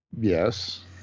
Yes